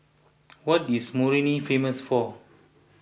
what is Moroni famous for